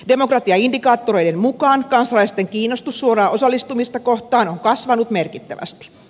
demokratiaindikaattoreiden mukaan kansalaisten kiinnostus suoraa osallistumista kohtaan on kasvanut merkittävästi